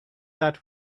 that